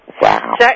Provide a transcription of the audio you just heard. Wow